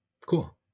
cool